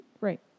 Right